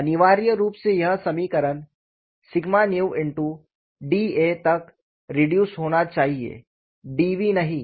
तो अनिवार्य रूप से यह समीकरण vdA तक रिड्यूस होना चाहिए dv नहीं